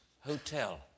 Hotel